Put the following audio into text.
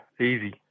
Easy